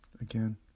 again